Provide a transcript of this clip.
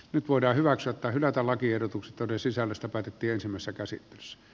nyt voidaan hyväksyä tai hylätä lakiehdotukset joiden sisällöstä päätettiinsemmassa käsittelyssä